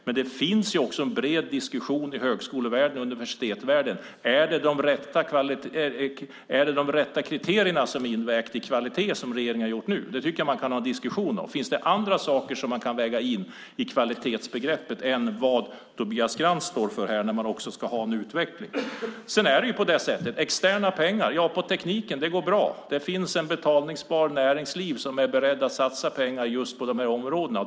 Men det finns ju också en bred diskussion i högskolevärlden och universitetsvärlden om det är de rätta kriterierna som regeringen har vägt in i kvalitetsbegreppet? Det tycker jag att man kan ha en diskussion om. Finns det andra saker som man kan väga in i kvalitetsbegreppet än vad Tobias Krantz står för när man också ska ha en utveckling? Sedan är det på det sättet att det går bra att få externa pengar på teknikområdet. Där finns ett näringsliv med betalningsförmåga som är berett att satsa pengar på just de här områdena.